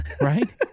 Right